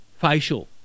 Facial